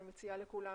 אני מציעה לכולם